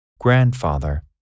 Grandfather